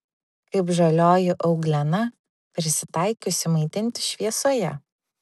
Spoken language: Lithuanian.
kaip žalioji euglena prisitaikiusi maitintis šviesoje